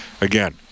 Again